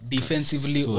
Defensively